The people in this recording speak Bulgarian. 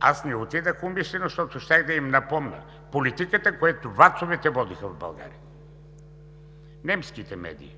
Аз не отидох умишлено, защото щях да им напомня политиката, която ВАЦ-овете водиха в България, немските медии.